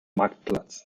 marktplatz